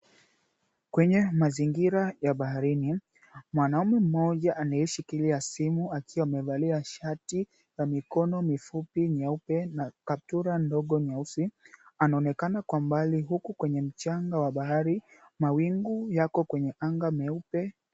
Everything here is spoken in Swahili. Kwenye mazingira ya baharini, mwanaume mmoja anaishikilia simu akiwa amevalia shati ya mikono mifupi nyeupe na kaptura ndogo nyeusi. Anaonekana kwa mbali huku kwenye mchanga wa bahari mawingu yako kwenye anga nyeupe.